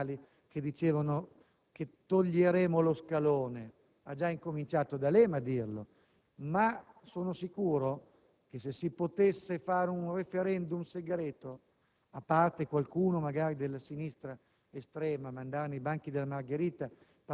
vorreste cancellare la vocina delle vostre promesse elettorali di togliere lo scalone. Ha già cominciato D'Alema a dirlo, ma sono sicuro che, se si potesse fare un *referendum* segreto